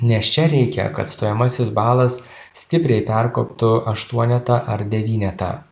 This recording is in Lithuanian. nes čia reikia kad stojamasis balas stipriai perkoptų aštuonetą ar devynetą